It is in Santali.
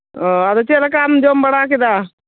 ᱚ ᱟᱫᱚ ᱪᱮᱫ ᱞᱮᱠᱟᱢ ᱡᱚᱢ ᱵᱟᱲᱟ ᱠᱮᱫᱟ